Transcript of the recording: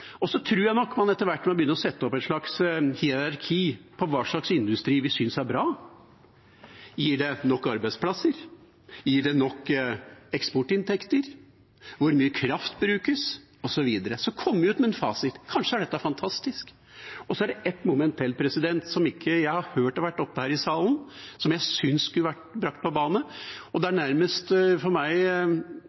Og så tror jeg man etter hvert må begynne å sette opp et slags hierarki over hva slags industri vi synes er bra: Gir det nok arbeidsplasser, gir det nok eksportinntekter, hvor mye kraft brukes, osv.? Så kom med en fasit! Kanskje er dette fantastisk. Så er det et moment som jeg ikke har hørt har vært nevnt her i salen, og som jeg synes skulle vært brakt på banen. Det er nærmest for meg